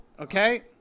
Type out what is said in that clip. okay